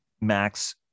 Max